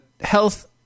health